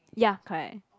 ya correct